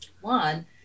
One